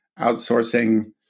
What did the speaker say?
outsourcing